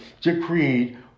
decreed